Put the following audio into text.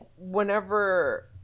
Whenever